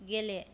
गेले